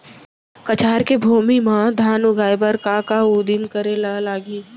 कछार के भूमि मा धान उगाए बर का का उदिम करे ला लागही?